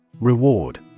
Reward